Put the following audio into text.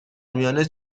میان